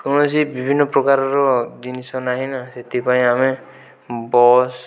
କୌଣସି ବିଭିନ୍ନପ୍ରକାରର ଜିନିଷ ନାହିଁନା ସେଥିପାଇଁ ଆମେ ବସ୍